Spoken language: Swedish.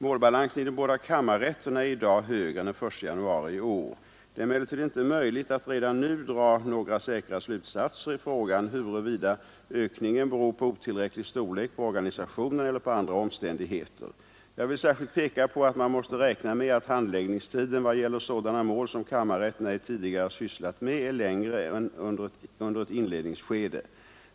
Målbalansen i de båda kammarrätterna är i dag högre än den 1 januari i år. Det är emellertid inte möjligt att redan nu dra några säkra slutsatser i frågan huruvida ökningen beror på otillräcklig storlek på organisationen eller på andra omständigheter. Jag vill särskilt peka på att man måste räkna med att handläggningstiden i vad gäller sådana mål som kammarrätt ej tidigare sysslat med är längre under ett inledningsskede.